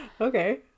Okay